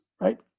right